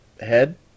head